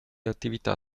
attività